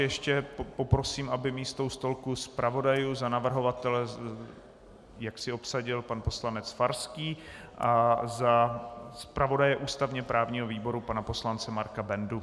Ještě poprosím, aby místo u stolku zpravodajů za navrhovatele obsadil pan poslanec Farský a za zpravodaje ústavněprávního výboru pan poslanec Marek Benda.